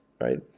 right